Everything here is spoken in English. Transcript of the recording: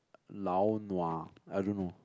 lao nua I don't know